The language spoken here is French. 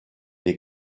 des